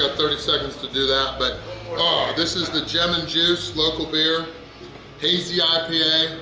ah thirty seconds to do that but ah this is the gem and juice local beer hazy ah ipa.